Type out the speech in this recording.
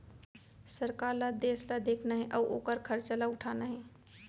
सरकार ल देस ल देखना हे अउ ओकर खरचा ल उठाना हे